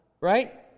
right